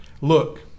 look